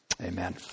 Amen